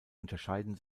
unterscheiden